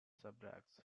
subjects